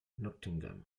nottingham